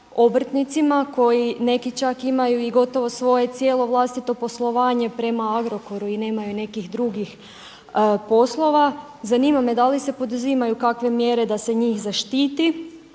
obrtnicima koji neki čak imaju i gotovo svoje cijelo vlastito poslovanje prema Agrokoru i nemaju nekih drugih poslova? Zanima me, da li se poduzimaju kakve mjere da se njih zaštiti?